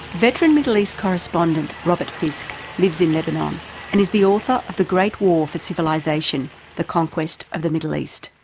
veteran middle east correspondent, robert fisk lives in lebanon and is the author of the great war for civilisation the conquest of the middle east.